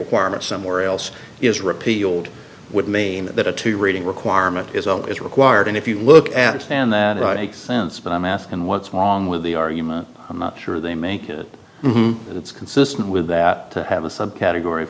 acquirement somewhere else is repealed would mean that a two rating requirement is zero is required and if you look at it and that makes sense but i'm asking what's wrong with the argument i'm not sure they make it it's consistent with that have a subcategory of